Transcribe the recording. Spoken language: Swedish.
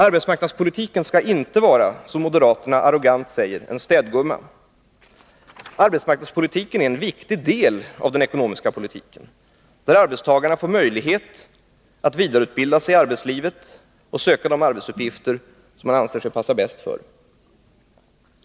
Arbetsmarknadspolitiken skall inte vara — som moderaterna arrogant säger — en städgumma. Arbetsmarknadspolitiken är en viktig del av den ekonomiska politiken, som ger arbetstagarna möjlighet att vidareutbilda sig inom arbetslivet och söka de arbetsuppgifter som de anser sig passa bäst för.